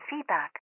feedback